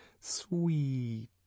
Sweet